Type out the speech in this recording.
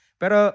pero